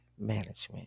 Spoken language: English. Management